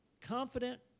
confident